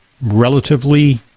relatively